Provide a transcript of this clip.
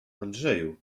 andrzeju